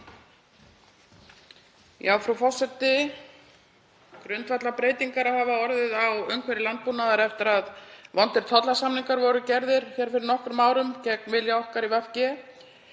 Frú forseti. Grundvallarbreytingar hafa orðið á umhverfi landbúnaðar eftir að vondir tollasamningar voru gerðir fyrir nokkrum árum gegn vilja okkar í VG.